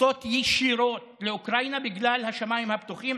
לטיסות ישירות לאוקראינה בגלל השמיים הפתוחים,